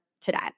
today